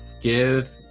give